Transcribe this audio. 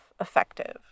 effective